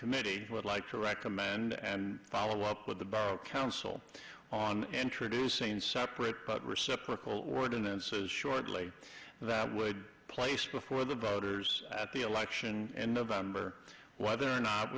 committee would like to recommend and follow up with the bar council on introducing separate but reciprocal warden and says shortly that would be placed before the voters at the election and november whether or not